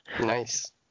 Nice